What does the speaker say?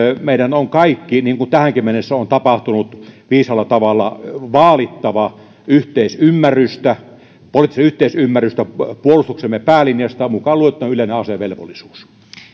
meidän on kaikkien niin kuin tähänkin mennessä on tapahtunut viisaalla tavalla vaalittava yhteisymmärrystä poliittista yhteisymmärrystä puolustuksemme päälinjasta mukaan luettuna yleinen asevelvollisuus